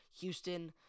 Houston